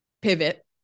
pivot